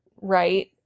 right